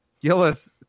Gillis